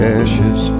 ashes